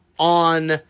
On